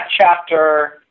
chapter